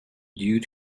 due